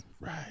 Right